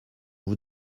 vous